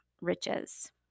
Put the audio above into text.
riches